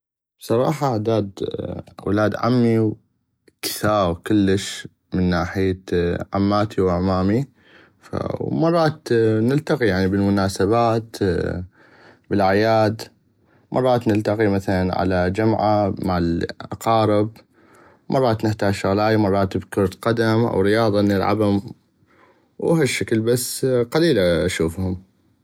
بصراحة اعداد اولاد عمي كثاغ كلش من ناحية عماتي وعمامي ومرات نلتقي بل المناسبات بل الاعياد مرات نلتقي على جمعة مال اقارب مرات نحتاج شغاي مرات بكرة قدم او رياضة نلعبها وهشكل بس قليل اشوفهم.